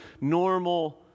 normal